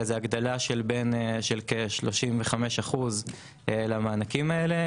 זו הגדלה של כ-35% למענקים האלה.